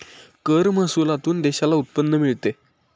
कर महसुलातून देशाला उत्पन्न मिळते